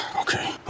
okay